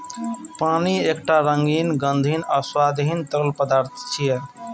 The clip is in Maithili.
पानि एकटा रंगहीन, गंधहीन आ स्वादहीन तरल पदार्थ छियै